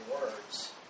words